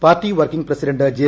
party working president J